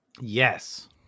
Yes